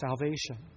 salvation